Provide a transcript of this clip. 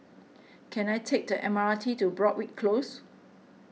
can I take the M R T to Broadrick Close